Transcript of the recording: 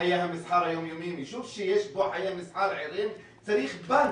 ובחיי המסחר היומיומיים - יישוב שיש בו חיי מסחר ערים צריך בנק,